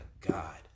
God